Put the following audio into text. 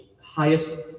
highest